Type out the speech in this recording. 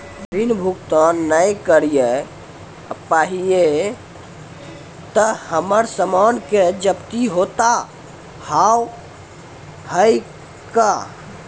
ऋण भुगतान ना करऽ पहिए तह हमर समान के जब्ती होता हाव हई का?